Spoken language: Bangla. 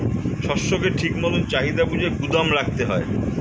শস্যকে ঠিক মতন চাহিদা বুঝে গুদাম রাখতে হয়